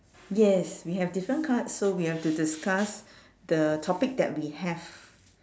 yes we have different cards so we have to discuss the topic that we have